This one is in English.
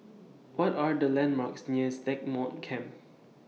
What Are The landmarks near Stagmont Camp